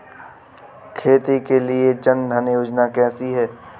खेती के लिए जन धन योजना कैसी है?